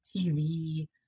TV